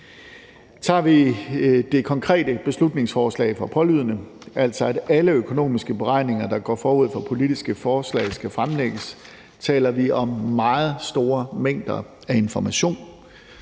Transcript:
Tager vi det konkrete beslutningsforslag for pålydende, altså at alle økonomiske beregninger, der går forud for politiske forslag, skal fremlægges, taler vi om meget store mængder af information,